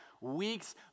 weeks